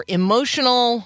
emotional